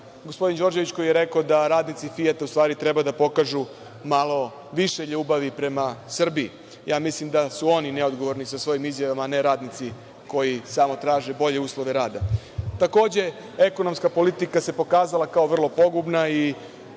gospodin Đorđević, koji je rekao da radnici „Fijata“ u stvari treba da pokažu malo više ljubavi prema Srbiji. Ja mislim da su oni neodgovorni sa svojim izjavama, a ne radnici koji samo traže bolje uslove rada. Takođe, ekonomska politika se pokazala kao vrlo pogubna i